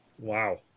Wow